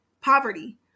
poverty